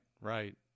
right